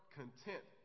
content